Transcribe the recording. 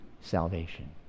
salvation